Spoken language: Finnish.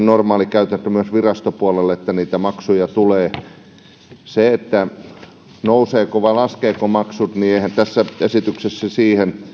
normaali käytäntö myös virastopuolella että niitä maksuja tulee nousevatko vai laskevatko maksut eihän tässä esityksessä siihen